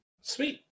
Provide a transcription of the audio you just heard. Sweet